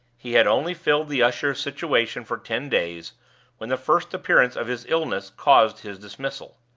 he had only filled the usher's situation for ten days when the first appearance of his illness caused his dismissal.